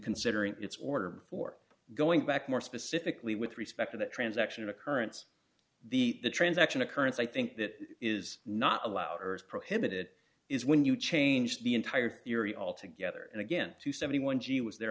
considering its order before going back more specifically with respect to the transaction occurrence the transaction occurrence i think that is not allowed as prohibited is when you change the entire theory altogether and again to seventy one gee was there